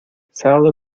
sábado